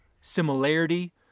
similarity